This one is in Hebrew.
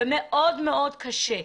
ומאוד מאוד קשה,